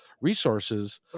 resources